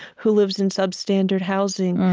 who lives in substandard housing?